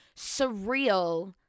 surreal